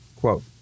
Quote